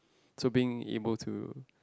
to being able to